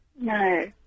No